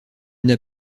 n’as